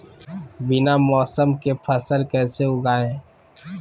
बिना मौसम के फसल कैसे उगाएं?